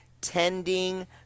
tending